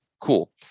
Cool